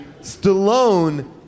Stallone